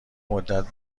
مدت